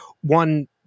one